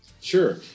Sure